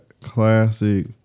classic